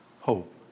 Hope